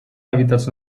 hàbitats